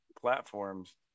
platforms